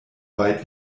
weit